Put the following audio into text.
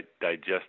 digest